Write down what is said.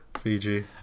Fiji